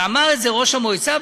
אמר את זה ראש המועצה,